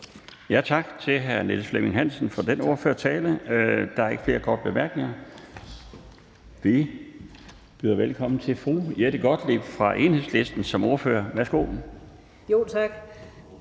Tak til hr. Niels Flemming Hansen for den ordførertale. Der er ikke flere korte bemærkninger. Vi byder velkommen til fru Jette Gottlieb som ordfører for Enhedslisten.